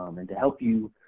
um and to help you,